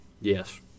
Yes